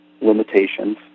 limitations